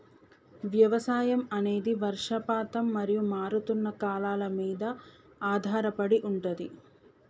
వ్యవసాయం అనేది వర్షపాతం మరియు మారుతున్న కాలాల మీద ఆధారపడి ఉంటది